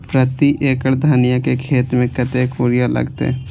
प्रति एकड़ धनिया के खेत में कतेक यूरिया लगते?